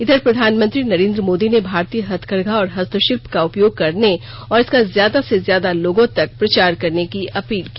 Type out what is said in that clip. इधर प्रधानमंत्री नरेन्द्र मोदी ने भारतीय हस्तकरघा और हस्तशिल्प का उपयोग करने और इसका ज्यादा से ज्यादा लोगों तक प्रचार करने की अपील की